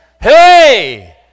Hey